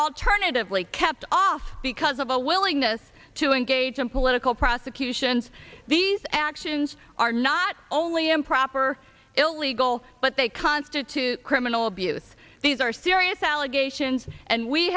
alternatively kept off because of a willingness to engage in political prosecutions these actions are not only improper illegal but they constitute criminal abuse these are serious allegations and we